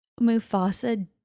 Mufasa